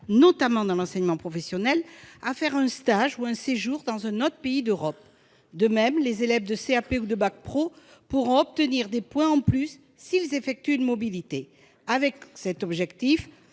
notamment dans l'enseignement professionnel, à faire un stage ou un séjour dans un autre pays d'Europe. De même, les élèves de CAP ou de bac pro pourront obtenir des points en plus s'ils effectuent une mobilité. L'objectif